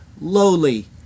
lowly